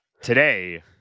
Today